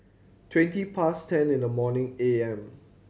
twenty past ten in the morning A M